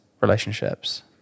relationships